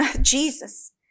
Jesus